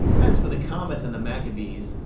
as for the comment on the maccabees,